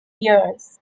years